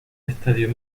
estadio